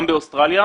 גם באוסטרליה,